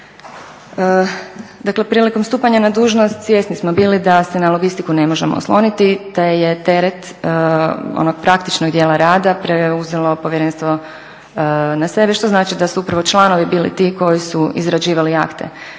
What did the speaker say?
Dakle prilikom stupanja na dužnost svjesni smo bili da se na logistiku ne možemo osloniti te je teret onog praktičnog dijela rada preuzelo povjerenstvo na sebe što znači da su upravo članovi bili ti koji su izrađivali akte.